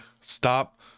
stop